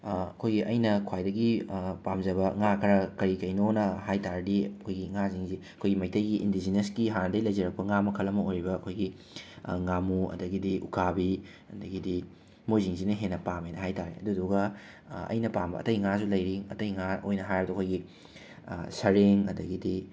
ꯑꯩꯈꯣꯏꯒꯤ ꯑꯩꯅ ꯈ꯭ꯋꯥꯏꯗꯒꯤ ꯄꯥꯝꯖꯕ ꯉꯥ ꯈꯔ ꯀꯔꯤ ꯀꯔꯤꯅꯣꯅ ꯍꯥꯏꯕ ꯇꯥꯔꯗꯤ ꯑꯩꯈꯣꯏꯒꯤ ꯉꯥꯁꯤꯡꯁꯤ ꯑꯩꯈꯣꯏꯒꯤ ꯃꯩꯇꯩꯒꯤ ꯏꯟꯗꯤꯖꯤꯅꯁꯀꯤ ꯍꯥꯟꯅꯗꯒꯤ ꯂꯩꯖꯔꯛꯄ ꯉꯥ ꯃꯈꯜ ꯑꯃ ꯑꯣꯏꯔꯤꯕ ꯑꯩꯈꯣꯏꯒꯤ ꯉꯥꯃꯨ ꯑꯗꯒꯤꯗꯤ ꯎꯀꯥꯕꯤ ꯑꯗꯒꯤꯗꯤ ꯃꯣꯏꯁꯤꯡꯁꯤꯅ ꯍꯦꯟꯅ ꯄꯥꯝꯃꯦꯅ ꯍꯥꯏꯕ ꯇꯥꯔꯦ ꯑꯗꯨꯗꯨꯒ ꯑꯩꯅ ꯄꯥꯝꯕ ꯑꯇꯩ ꯉꯥꯁꯨ ꯂꯩꯔꯤ ꯑꯇꯩ ꯉꯥ ꯑꯣꯏꯅ ꯍꯥꯏꯔꯕꯗ ꯑꯩꯈꯣꯏꯒꯤ ꯁꯔꯦꯡ ꯑꯗꯒꯤꯗꯤ